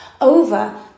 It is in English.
over